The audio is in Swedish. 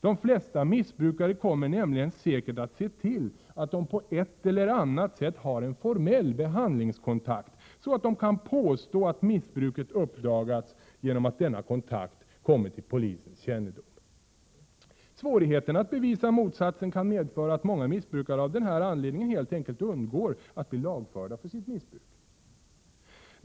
De flesta missbrukare kommer nämligen säkert att se till att de på ett eller annat sätt har en formell behandlingskontakt, så att de kan påstå att missbruket uppdagats genom att denna kontakt kommit till polisens kännedom. Svårigheten att bevisa motsatsen kan medföra att många missbrukare av den här anledningen helt enkelt undgår att bli lagförda för sitt missbruk.